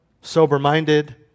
sober-minded